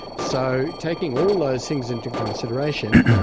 so, taking all those things into consideration,